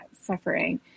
suffering